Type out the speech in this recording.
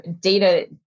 data